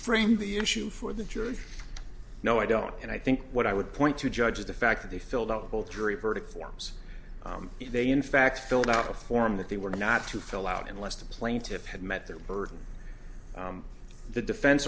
framed the issue for the jury no i don't and i think what i would point to judge is the fact that they filled out both jury verdict forms they in fact filled out a form that they were not to fill out unless the plaintiffs had met their burden the defen